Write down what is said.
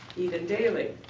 daily.